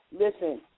listen